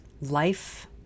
life